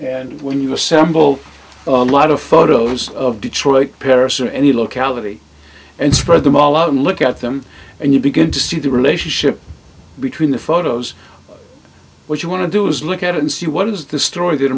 and when you assemble a lot of photos of detroit paris or any locality and spread them all out and look at them and you begin to see the relationship between the photos what you want to do is look at and see what is the st